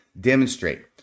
demonstrate